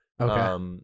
Okay